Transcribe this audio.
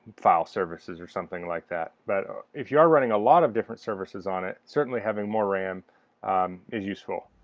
file services or something like that, but if you are running a lot of different services on it certainly having more ram is useful.